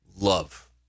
love